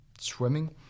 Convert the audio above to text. swimming